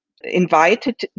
invited